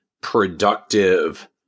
productive